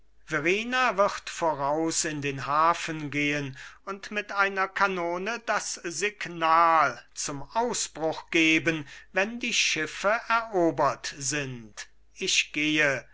verrina wird voraus in den hafen gehen und mit einer kanone das signal zum ausbruch geben wenn die schiffe erobert sind ich gehe